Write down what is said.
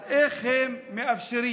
אז איך הם מאפשרים?